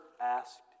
asked